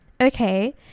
okay